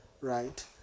right